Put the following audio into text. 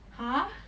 !huh!